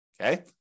okay